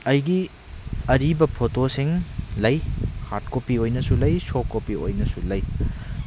ꯑꯩꯒꯤ ꯑꯔꯤꯕ ꯐꯣꯇꯣꯁꯤꯡ ꯂꯩ ꯍꯥꯔꯠ ꯀꯣꯄꯤ ꯑꯣꯏꯅꯁꯨ ꯂꯩ ꯁꯣꯞ ꯀꯣꯄꯤ ꯑꯣꯏꯅꯁꯨ ꯂꯩ